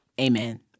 Amen